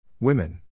Women